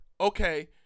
okay